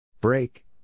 Break